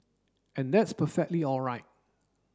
and that's perfectly all right